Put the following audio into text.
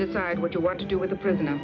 decide what you want to do with the prisoner